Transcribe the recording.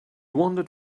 wandered